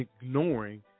ignoring